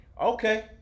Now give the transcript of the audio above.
Okay